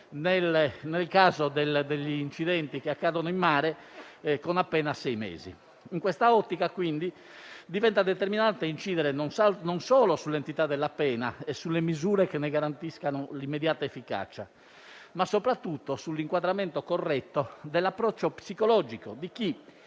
nel caso degli incidenti in mare con una pena di sei mesi. In quest'ottica, quindi, diventa determinante incidere non solo sull'entità della pena e sulle misure che ne garantiscano l'immediata efficacia, ma soprattutto sul corretto inquadramento dell'approccio psicologico di chi,